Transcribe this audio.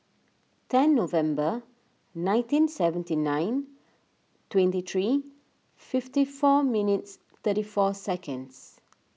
ten November nineteen seventy nine twenty three fifty four minutes thirty four seconds